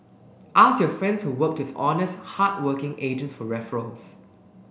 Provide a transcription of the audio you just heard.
ask your friends who worked with honest hardworking agents for referrals